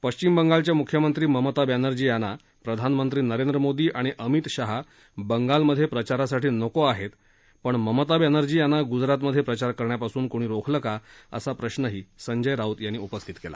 पश्विम बंगालच्या मुख्यमंत्री ममता बॅनर्जी यांना प्रधानमंत्री नरेंद्र मोदी आणि अमित शहा बंगालमध्ये प्रचारासाठी नको आहेत पण ममता बॅनर्जी यांना गुजरात मध्ये प्रचार करण्यापासून कोणी रोखलं का असा प्रश्रही त्यांनी उपस्थित केला